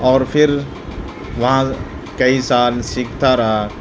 اور پھر وہاں کئی سال سیکھتا رہا